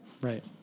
Right